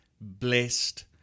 blessed